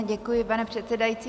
Děkuji, pane předsedající.